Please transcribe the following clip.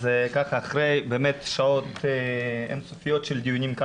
אחרי באמת שעות אינסופיות של דיונים כאן